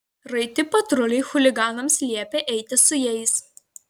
raiti patruliai chuliganams liepė eiti su jais